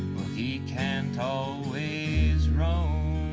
he can't always roam